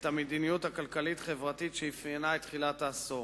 את המדיניות הכלכלית-החברתית שאפיינה את תחילת העשור.